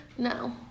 No